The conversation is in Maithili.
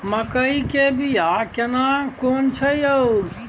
मकई के बिया केना कोन छै यो?